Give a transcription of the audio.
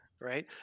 right